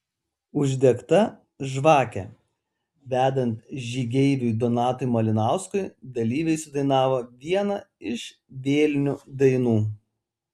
uždegta žvakė vedant žygeiviui donatui malinauskui dalyviai sudainavo vieną iš vėlinių dainų